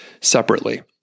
separately